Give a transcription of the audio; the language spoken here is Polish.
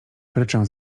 ryczę